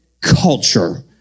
culture